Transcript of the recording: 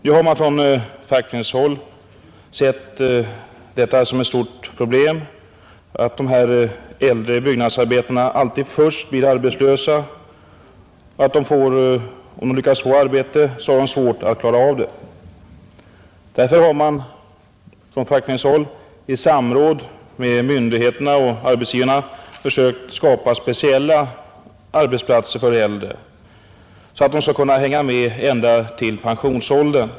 Nu har man från fackföreningshåll sett detta som ett stort problem, att dessa äldre byggnadsarbetare alltid först blir arbetslösa — och om de får arbete, har de svårt att klara av det. Därför har man från fackföreningshåll i samråd med myndigheterna och arbetsgivarna försökt skapa speciella arbetsplatser för äldre, så att dessa skall kunna hänga med ända till pensionsåldern.